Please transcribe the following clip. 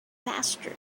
faster